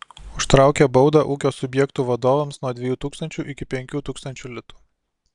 užtraukia baudą ūkio subjektų vadovams nuo dviejų tūkstančių iki penkių tūkstančių litų